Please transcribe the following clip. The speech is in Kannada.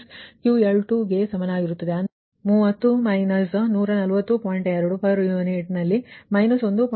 2 ಪರ್ ಯೂನಿಟ್ನಲ್ಲಿ −1